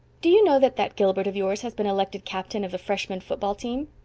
do you know that that gilbert of yours has been elected captain of the freshman football team?